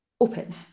open